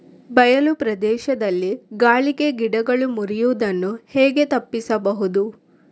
ಬಯಲು ಪ್ರದೇಶದಲ್ಲಿ ಗಾಳಿಗೆ ಗಿಡಗಳು ಮುರಿಯುದನ್ನು ಹೇಗೆ ತಪ್ಪಿಸಬಹುದು?